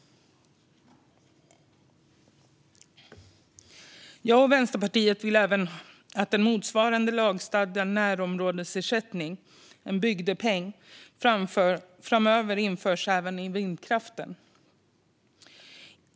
Jag och Vänsterpartiet vill även att en motsvarande lagstadgad närområdesersättning, en bygdepeng, framöver införs för vindkraften.